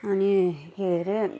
अनि के अरे